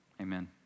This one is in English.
amen